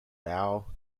val